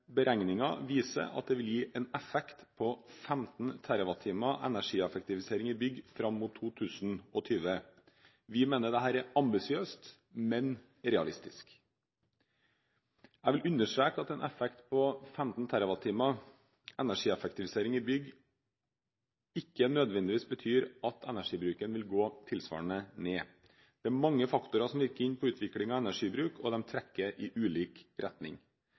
Beregninger viser at det vil gi en effekt på 15 TWh energieffektivisering i bygg fram mot 2020. Vi mener at dette er ambisiøst, men realistisk. Jeg vil understreke at en effekt på 15 TWh energieffektivisering i bygg ikke nødvendigvis betyr at energibruken vil gå tilsvarende ned. Det er mange faktorer som virker inn på utviklingen av energibruk, og de trekker i ulik retning.